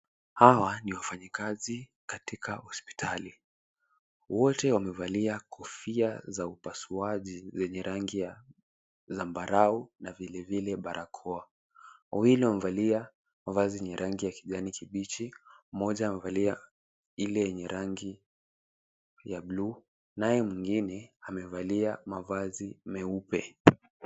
Hawa ni wafanyikazi katika hospitali. Wote wamevali kofia ya upasuaji zenye rangi ya zambarau na vile vile barakoa. Wawili wamevalia mavazi yenye rangi ya kijani kibichi moja amevalia ile yenye rangi ya blue , nae mwengine wamevalia mavazi meupe.